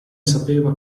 sapeva